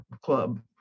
club